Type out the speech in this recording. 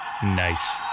Nice